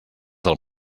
del